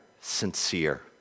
sincere